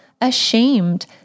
ashamed